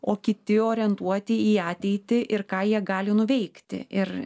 o kiti orientuoti į ateitį ir ką jie gali nuveikti ir